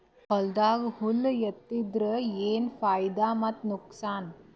ಹೊಲದಾಗ ಹುಳ ಎತ್ತಿದರ ಏನ್ ಫಾಯಿದಾ ಮತ್ತು ನುಕಸಾನ?